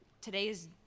today's